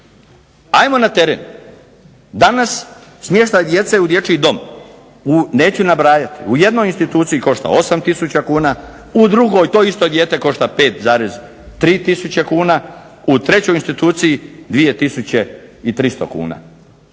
Ajmo na teren. Dana smještaj djece u dječji dom, neću nabrajati, u jednoj instituciji košta 8 tisuća kuna, u drugoj to isto dijete košta 5,3 tisuće kuna, u trećoj instituciji 2 tisuće